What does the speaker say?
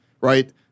right